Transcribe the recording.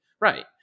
right